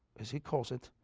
as he calls it,